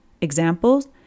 examples